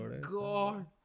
God